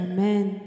Amen